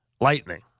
lightning